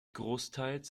großteils